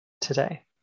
today